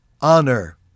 honor